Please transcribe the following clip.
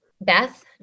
Beth